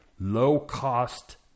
low-cost